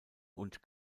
und